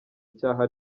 icyaha